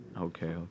okay